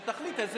לוועדת הכספים.